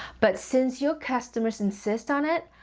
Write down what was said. but since your customers insist on it,